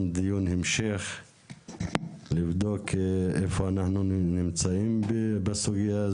דיון המשך לבדוק איפה אנחנו נמצאים בסוגייה הזו,